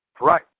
right